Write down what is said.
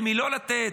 למי לא לתת,